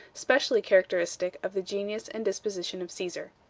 specially characteristic of the genius and disposition of caesar.